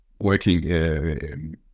working